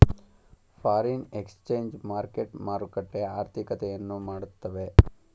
foreign exchange market ಮಾರುಕಟ್ಟೆ ಆರ್ಥಿಕತೆಯನ್ನು ಮಾಡುತ್ತವೆ